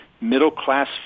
Middle-class